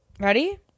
Ready